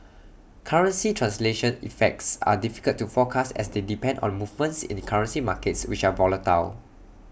currency translation effects are difficult to forecast as they depend on movements in currency markets which are volatile